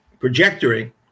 trajectory